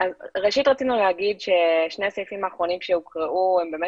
רצינו לומר ששני הסעיפים האחרונים שהוקראו הם באמת